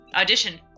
audition